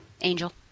Angel